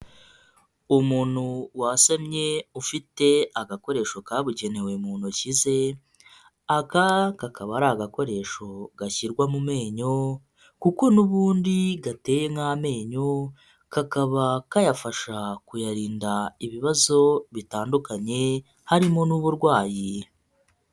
Umuntu wasamye ufite agakoresho kabugenewe mu ntoki ze, aka kakaba ari agakoresho gashyirwa mu menyo kuko n'ubundi gateye nk'amenyo, kakaba kayafasha kuyarinda ibibazo bitandukanye harimo n'uburwayi.